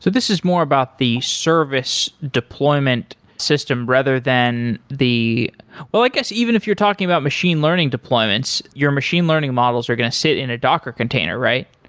but this is more about the service deployment system rather than the i guess even if you're talking about machine learning deployments, your machine learning models are going to sit in a docker container, right?